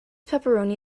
pepperoni